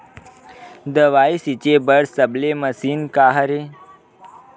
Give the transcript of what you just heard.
दवाई छिंचे बर सबले मशीन का हरे?